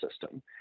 system